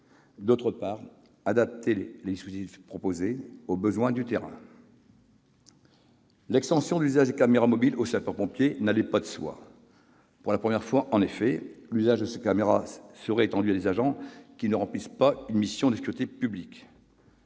d'autre part, adapter les dispositifs proposés aux besoins du terrain. L'extension de l'usage des caméras mobiles aux sapeurs-pompiers n'allait pas de soi. Pour la première fois, en effet, l'usage de ces caméras serait étendu à des agents qui ne remplissent pas une mission de sécurité publique.